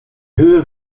höhe